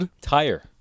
Tire